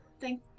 Thank